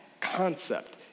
concept